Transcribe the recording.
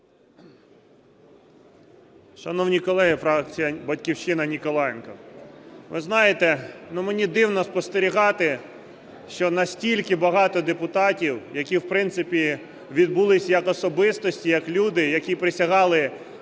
Шановні колеги, фракція "Батьківщина", Ніколаєнко. Ви знаєте, мені дивно спостерігати, що настільки багато депутатів, які, в принципі, відбулись як особистості, як люди, які присягали народу